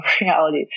reality